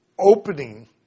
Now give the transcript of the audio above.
...opening